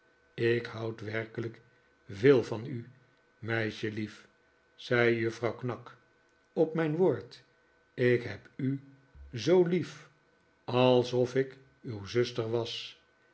ik houd werkelijk veel van u meisjelief zei juffrouw knag op mijn woord ik heb u zoo lief alsof ik uw zuster was